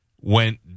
went